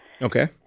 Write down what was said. Okay